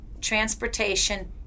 transportation